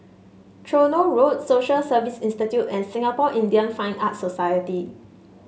Tronoh Road Social Service Institute and Singapore Indian Fine Arts Society